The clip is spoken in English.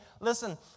Listen